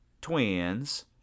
twins